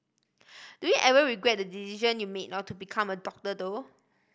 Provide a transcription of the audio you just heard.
do you ever regret the decision you made not to become a doctor though